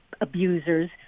abusers